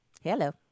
Hello